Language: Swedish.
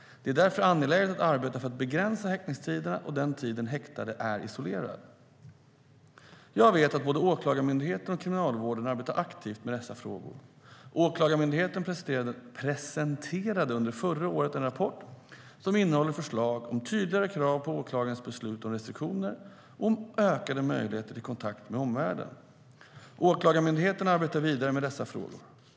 Det är därför angeläget att arbeta för att begränsa häktningstiderna och den tid den häktade är isolerad. Jag vet att både Åklagarmyndigheten och Kriminalvården arbetar aktivt med dessa frågor. Åklagarmyndigheten presenterade under förra året en rapport som innehåller förslag om tydligare krav på åklagarens beslut om restriktioner och om ökade möjligheter till kontakt med omvärlden. Åklagarmyndigheten arbetar vidare med dessa frågor.